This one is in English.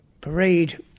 parade